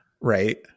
Right